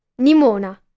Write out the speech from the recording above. Nimona